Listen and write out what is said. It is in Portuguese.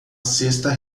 cesta